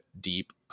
deep